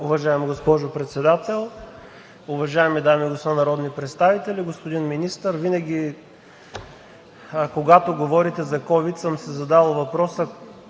Уважаема госпожо Председател, уважаеми дами и господа народни представители! Господин Министър винаги, когато говорите за COVID-19, съм си задавал въпроса: